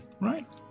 right